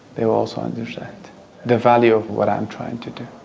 they will also understand the value of what i'm trying to do